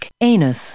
Anus